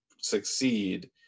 succeed